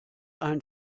ein